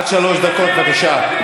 עד שלוש דקות, בבקשה.